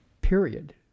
period